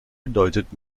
bedeutet